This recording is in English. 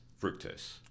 fructose